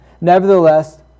Nevertheless